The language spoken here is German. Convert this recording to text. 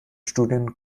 studien